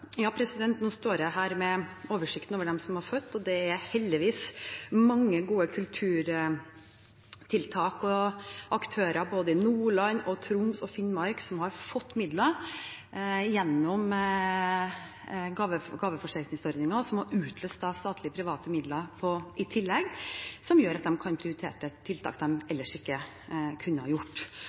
Nå står jeg her med oversikten over dem som har fått, og det er heldigvis mange gode kulturtiltak og aktører både i Nordland, Troms og Finnmark som har fått midler gjennom gaveforsterkningsordningen, og som da har utløst statlige-private midler i tillegg, som gjør at de kan prioritere tiltak de ellers ikke kunne gjort.